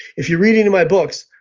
if you read any of my books,